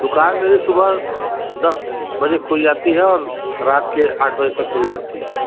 दुकान मेरी सुबह दस बजे खुल जाती है और रात के आठ बजे तक खुली रहती है